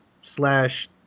slash